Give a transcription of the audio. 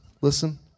listen